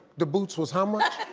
the boots was how much?